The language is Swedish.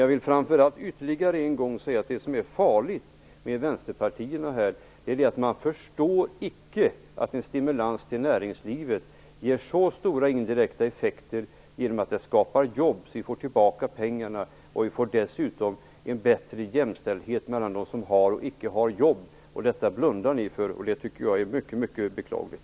Jag vill framför allt ytterligare en gång säga att det farliga med vänsterpartiernas inställning är att de inte förstår att en stimulans till näringslivet ger stora indirekta effekter genom att skapa jobb. Vi får tillbaka pengarna, och vi får dessutom en bättre jämställdhet mellan dem som har och dem som icke har jobb. Detta blundar ni för, och det tycker jag är mycket beklagligt.